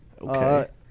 Okay